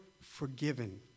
forgiven